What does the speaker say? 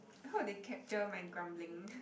I hope they capture my grumbling